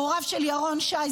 הוריו של ירון שי,